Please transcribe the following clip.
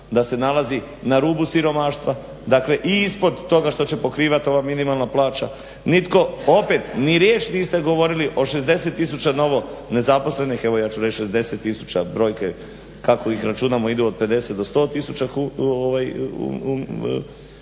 da se nalazi na rubu siromaštva, dakle i ispod toga što će pokrivat ova minimalna plaća. Nitko opet ni riječ niste govorili o 60 tisuća novo nezaposlenih, evo ja ću reći 60 tisuća, brojke kako ih računamo idu od 50 do 100 tisuća.